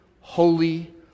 holy